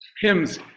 hymns